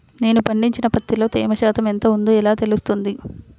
నేను పండించిన పత్తిలో తేమ శాతం ఎంత ఉందో ఎలా తెలుస్తుంది?